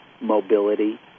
mobility